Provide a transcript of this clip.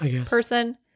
person